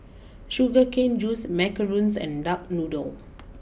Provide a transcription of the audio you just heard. Sugar Cane juice Macarons and Duck Noodle